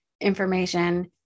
information